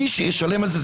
מי שישלם על זה,